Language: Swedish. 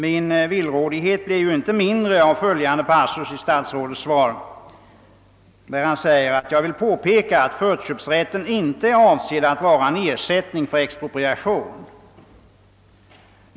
Min villrådighet blir inte mindre när jag läser följande passus i statsrådets svar: »Men jag vill påpeka att förköpsrätten inte är avsedd att vara en ersättning för expropriation.